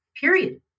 period